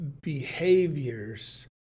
behaviors